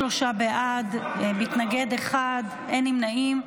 23 בעד, מתנגד אחד, אין נמנעים.